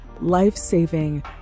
life-saving